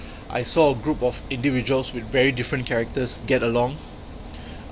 I saw a group of individuals with very different characters get along